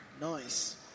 Nice